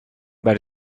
about